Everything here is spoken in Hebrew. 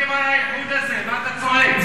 על האיחוד הזה, מה אתה צועק?